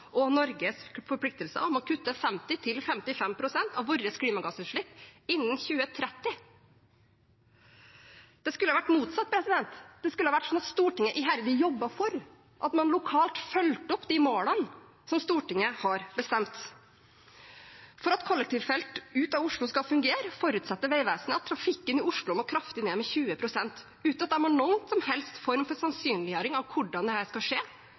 og Norges forpliktelser om å kutte 50–55 pst. av våre klimagassutslipp innen 2030. Det skulle vært motsatt. Det skulle vært slik at Stortinget iherdig jobbet for at man lokalt fulgte opp de målene som Stortinget har bestemt. For at kollektivfelt ut av Oslo skal fungere, forutsetter Vegvesenet at trafikken i Oslo må kraftig ned, med 20 pst., uten at de har noen som helst form for sannsynliggjøring av hvordan dette skal skje,